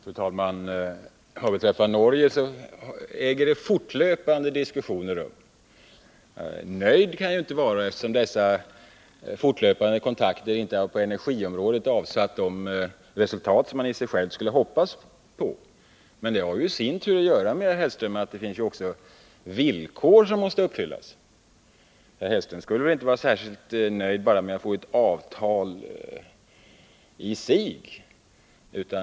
Fru talman! Vad beträffar Norge så äger det rum fortlöpande diskussioner. Nöjd kan jag inte vara, eftersom dessa fortlöpande kontakter på energiområdet inte har avsatt de resultat som man skulle ha hoppats på. Men det har i sin tur, herr Hellström, att göra med att det finns villkor som måste uppfyllas. Herr Hellström skulle väl inte vara särskilt nöjd med ett avtal i sig.